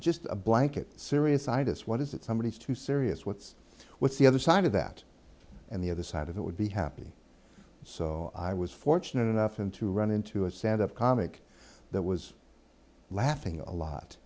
just a blanket serious itis what is it somebody is too serious what's what's the other side of that and the other side of it would be happy so i was fortunate enough in to run into a stand up comic that was laughing a lot